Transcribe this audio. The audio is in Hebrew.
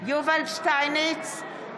יובל שטייניץ,